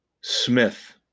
Smith